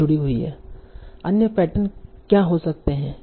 अन्य पैटर्न क्या हो सकते हैं